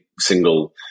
single